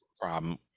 problem